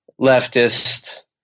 leftist